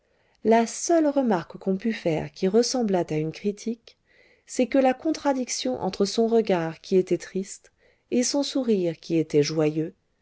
la seule remarque qu'on pût faire qui ressemblât à une critique c'est que la contradiction entre son regard qui était triste et son sourire qui était joyeux